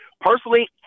Personally